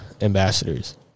ambassadors